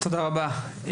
תודה רבה.